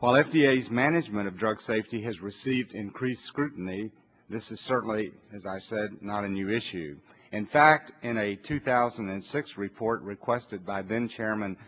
while f t s management of drug safety has received increased scrutiny this is certainly as i said not a new issue in fact in a two thousand and six report requested by then chairman